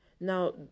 Now